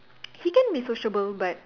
he can be sociable but